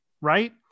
right